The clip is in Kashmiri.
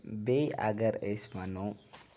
بیٚیہِ اگر أسۍ وَنو